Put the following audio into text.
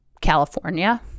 California